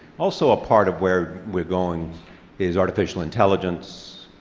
also a part of where we're going is artificial intelligence.